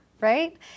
right